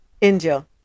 India